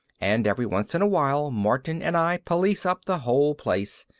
and every once in a while martin and i police up the whole place,